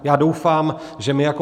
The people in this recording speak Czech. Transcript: Já doufám, že my jako